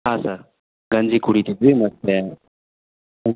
ಹಾಂ ಸರ್ ಗಂಜಿ ಕುಡಿತಿದ್ವಿ ಮತ್ತು